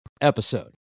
episode